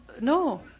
no